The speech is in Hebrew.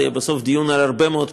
בסוף זה יהיה דיון על הרבה מאוד פרטים,